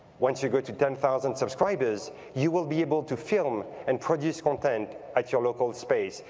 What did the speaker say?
once you go to ten thousand subscribers, you will be able to film and produce content at your local space.